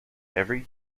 every